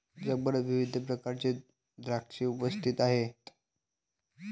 जगभरात विविध प्रकारचे द्राक्षे उपस्थित आहेत